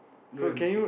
look at music